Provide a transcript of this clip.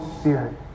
Spirit